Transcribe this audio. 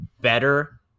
better